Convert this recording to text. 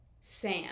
Sam